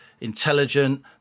intelligent